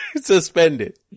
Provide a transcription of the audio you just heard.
suspended